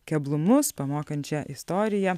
keblumus pamokančią istoriją